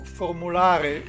formulare